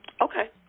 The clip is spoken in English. Okay